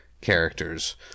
characters